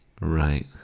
Right